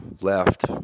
Left